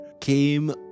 came